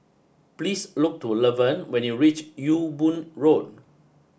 please look to Levern when you reach Ewe Boon Road